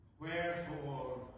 Wherefore